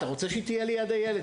אתה רוצה שהיא תהיה ליד הילד,